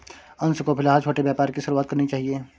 अंशु को फिलहाल छोटे व्यापार की शुरुआत करनी चाहिए